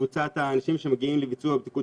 שקבוצת האנשים שמגיעים לביצוע בדיקות